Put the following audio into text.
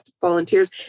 volunteers